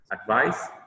advice